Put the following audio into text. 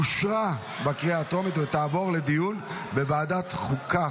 אושרה בקריאה הטרומית ותעבור לדיון בוועדת החוקה,